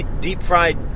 deep-fried